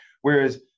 whereas